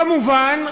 כמובן,